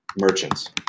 merchants